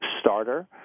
starter